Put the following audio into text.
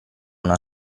una